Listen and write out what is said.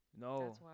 No